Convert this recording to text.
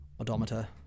odometer